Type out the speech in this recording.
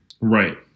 Right